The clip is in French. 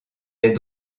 les